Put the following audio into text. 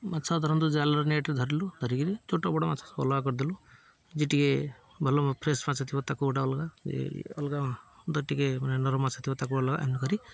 ମାଛ ଧରନ୍ତୁ ଜାଲରେ ନେଟ୍ରେ ଧରିଲୁ ଧରିକିରି ଛୋଟ ବଡ଼ ମାଛ ଅଲଗା ସବୁ କରିଦେଲୁ ଯେ ଟିକେ ଭଲ ଫ୍ରେଶ୍ ମାଛ ଥିବ ତାକୁ ଗୋଟେ ଅଲଗା ଯେ ଅଲଗା ତ ଟିକେ ନରମ ମାଛ ଥିବ ତାକୁ ଅଲଗା ଏମିତି କରି